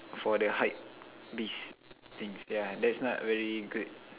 for the hype beast things yeah that's not very good